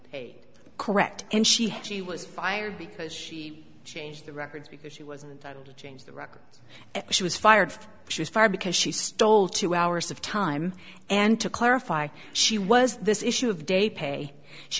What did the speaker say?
paid correct and she had she was fired because she changed the records because she wasn't to change the record she was fired she was fired because she stole two hours of time and to clarify she was this issue of day pay she